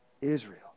Israel